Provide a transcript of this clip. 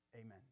Amen